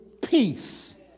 peace